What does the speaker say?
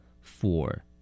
four